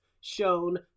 shown